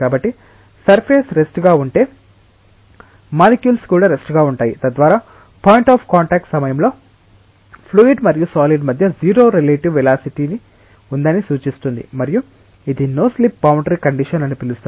కాబట్టి surface rest గా ఉంటే మాలిక్యూల్స్ కూడా రెస్ట్ గా ఉంటాయి తద్వారా పాయింట్ అఫ్ కాంటాక్ట్ సమయంలో ఫ్లూయిడ్ మరియు సాలిడ్ మధ్య 0 రిలేటివ్ వెలాసిటి ఉందని సూచిస్తుంది మరియు ఇది నో స్లిప్ బౌండరీ కండిషన్ అని పిలుస్తారు